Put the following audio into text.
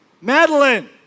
Madeline